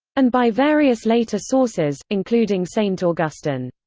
and by various later sources, including st. augustine.